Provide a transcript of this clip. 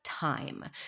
time